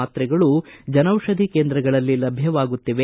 ಮಾತ್ರೆಗಳು ಜನೌಷಧಿ ಕೇಂದ್ರಗಳಲ್ಲಿ ಲಭ್ಧವಾಗುತ್ತಿದೆ